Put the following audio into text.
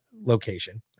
location